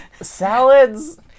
Salads